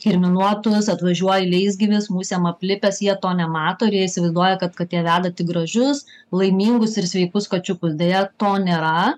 kirminuotus atvažiuoja leisgyvis musėm aplipęs jie to nemato ir jie įsivaizduoja kad katė veda tik gražius laimingus ir sveikus kačiukus deja to nėra